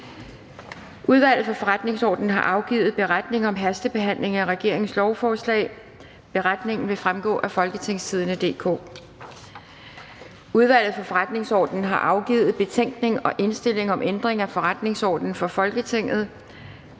Udvalget for Forretningsordenen har afgivet beretning om hastebehandling af regeringens lovforslag. Beretningen vil fremgå af www.folketingstidende.dk. Udvalget for Forretningsordenen har afgivet betænkning og indstilling om ændring af forretningsordenen for Folketinget.